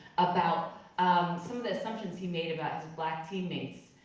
about um some of the assumptions he made about his black teammates.